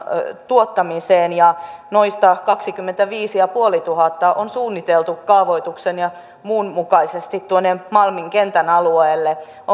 tuottamiseen ja noista kaksikymmentäviisituhattaviisisataa on suunniteltu kaavoituksen ja muun mukaisesti tuonne malmin kentän alueelle